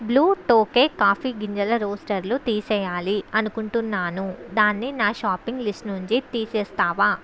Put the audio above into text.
blue Tokai coffee గింజల రోస్టర్లు తీసేయాలి అనుకుంటున్నాను దాన్ని నా షాపింగ్ లిస్టు నుంచి తీసేస్తావా